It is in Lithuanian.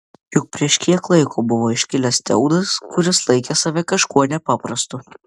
juk prieš kiek laiko buvo iškilęs teudas kuris laikė save kažkuo nepaprastu